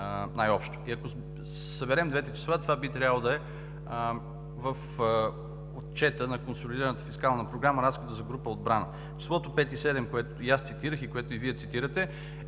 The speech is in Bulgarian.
Ако съберем двете числа, това би трябвало да е в Отчета на консолидираната фискална програма, като Разходи за група „Отбрана“. Числото „5,7“, което аз цитирах и което Вие цитирате,